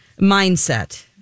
mindset